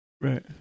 Right